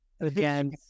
Again